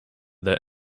their